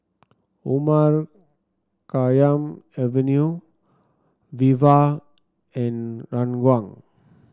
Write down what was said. Omar Khayyam Avenue Viva and Ranggung